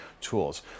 tools